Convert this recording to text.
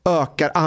ökar